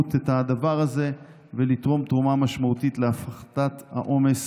במהירות את הדבר הזה ולתרום תרומה משמעותית להפחתת העומס